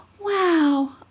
Wow